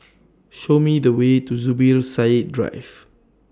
Show Me The Way to Zubir Said Drive